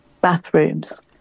bathrooms